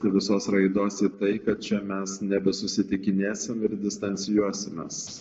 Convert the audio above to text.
visos raidos į tai kad čia mes nebesusitikinėsim ir distancijuosimės